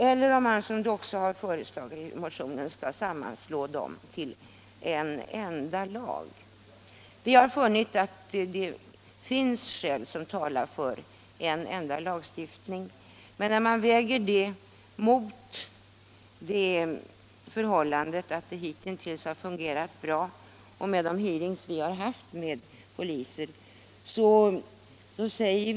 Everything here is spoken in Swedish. I en motion har det föreslagits att man skall sammanslå dem till en enda lag. Vi har funnit att det finns skäl som talar för en enda lag. Men dessa skall vägas mot det förhållandet att det. enligt de hearings vi haft med poliser, hittills har fungerat bra.